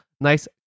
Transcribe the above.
nice